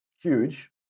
huge